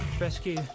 rescue